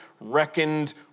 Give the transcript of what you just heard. reckoned